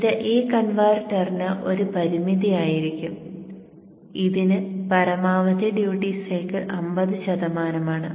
ഇത് ഈ കൺവെർട്ടറിന് ഒരു പരിമിതിയായിരിക്കും ഇതിന് പരമാവധി ഡ്യൂട്ടി സൈക്കിൾ 50 ശതമാനമാണ്